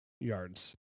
yards